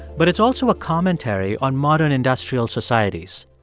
but it's also a commentary on modern industrial societies.